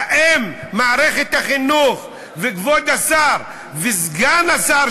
האם מערכת החינוך וכבוד השר וסגן השר,